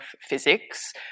physics